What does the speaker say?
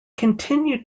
continued